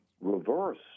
reverse